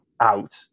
out